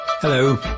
Hello